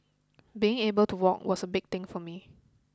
being able to walk was a big thing for me